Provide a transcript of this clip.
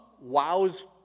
wows